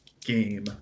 game